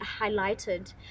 highlighted